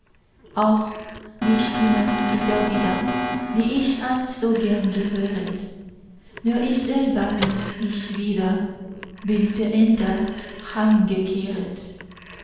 auch die stimme ist es wieder die ich einst so gern gehöret nur ich selber bin's nicht wieder bin verändert